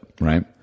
right